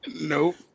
Nope